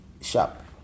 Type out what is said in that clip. shop